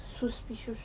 suspicions